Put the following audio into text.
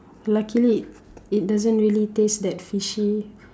luckily it doesn't really taste that fishy